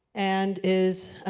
and is